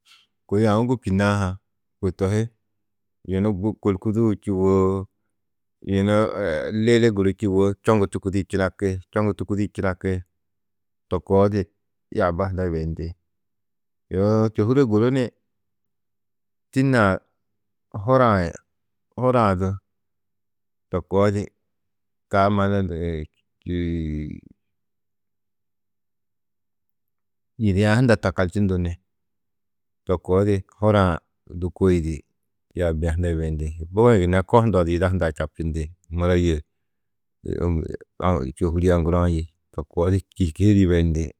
Kôi aũ gûbčunãá ha kôi to hi yunu kôlkuduu čûwo, yunu lili guru čûwo čoŋgu tûkudu činaki, čoŋgu tûkudu činaki, to koo di yaaba hunda yibeyindi. Yoo čôhure guru ni tîne-ã hura-ã, hura-ã du to koo di taa mannu yidia hunda takalčundu ni to koo di hura-ã du kôidi yaabia hunda yibeyindi, bugi-ĩ gunna ko hundã du yida hunda čabčindi, mura yê čôhuri aŋguru-ã yê to koo di kîhi kîhi di yibeyindi